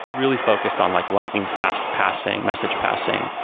really focused on like lightning fast passing, message passing,